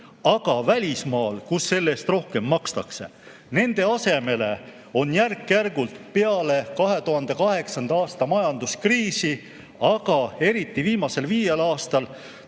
aga välismaal, kus selle eest rohkem makstakse. Nende asemele on järk-järgult peale 2008. aasta majanduskriisi, aga eriti viimasel viiel aastal,